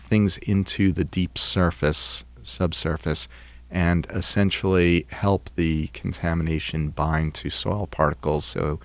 things into the deep surface subsurface and essentially help the contamination bind to salt particles so